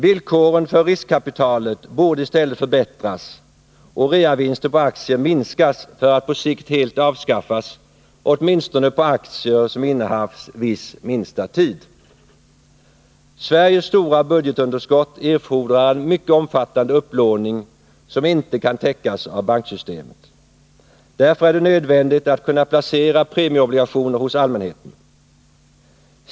Villkoren för riskkapitalet borde i stället förbättras och realisationsvinstbeskattningen minskas för att på sikt helt avskaffas, åtminstone på aktier som innehafts viss minsta tid. Sveriges stora budgetunderskott erfordrar en mycket omfattande upplåning, som inte kan täckas av banksystemet. Därför är det nödvändigt att kunna placera premieobligationer hos allmänheten.